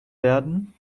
werden